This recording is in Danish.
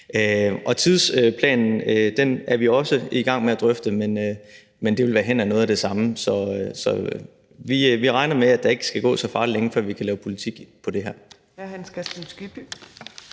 Tidsplanen er vi også i gang med at drøfte, men det vil være hen ad noget af det samme. Så vi regner med, at der ikke skal gå så farlig længe, før vi kan lave politik om det her.